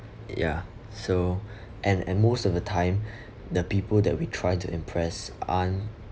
ya so and and most of the time the people that we try to impress on